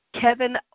Kevin